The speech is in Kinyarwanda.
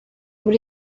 muri